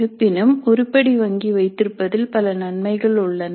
இருப்பினும் உருப்படி வங்கி வைத்திருப்பதில் பல நன்மைகள் உள்ளன